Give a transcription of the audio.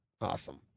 Awesome